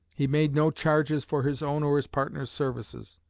he made no charges for his own or his partner's services.